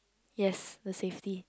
yes the safety